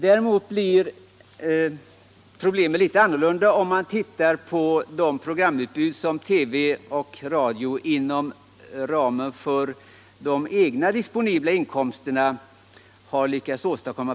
Däremot blir problemet litet annorlunda om vi ser till det programutbud som TV och radio har lyckats åstadkomma inom ramen för disponibla resurser.